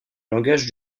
langage